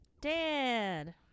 dad